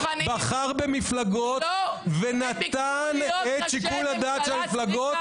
בחר במפלגות ונתן את שיקול הדעת למפלגות